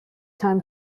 time